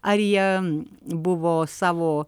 ar jie buvo savo